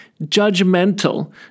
judgmental